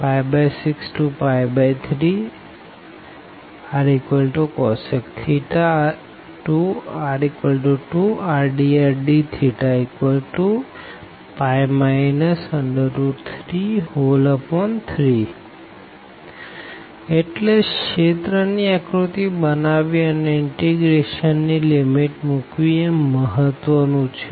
π6π3rcosec θr2r dr dθπ 33 એટલેરિજિયન ની આકૃતિ બનાવવી અને ઇનટીગ્રેશન ની લીમીટ મુકવી એ મહત્વ નું છે